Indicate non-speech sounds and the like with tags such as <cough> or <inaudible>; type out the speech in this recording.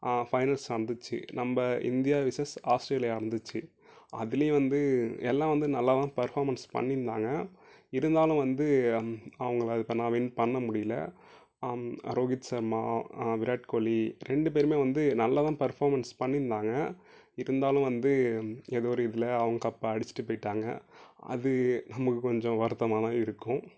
finals வந்துச்சு நம்ம India versus Australia வந்துச்சு அதுலேயும் வந்து எல்லாம் வந்து நல்லாதான் பர்ஃபாமென்ஸ் பண்ணியிருந்தாங்க இருந்தாலும் வந்து அவங்கள <unintelligible> வின் பண்ண முடியல ரோகித் சர்மா விராட் கோலி ரெண்டு பேருமே வந்து நல்லா தான் பர்ஃபாமென்ஸ் பண்ணியிருந்தாங்க இருந்தாலும் வந்து ஏதோ ஒரு இதில் அவங்க கப்பை அடித்துட்டு போயிட்டாங்க அது நமக்கு கொஞ்சம் வருத்தமாகதான் இருக்கும்